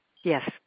Yes